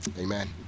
Amen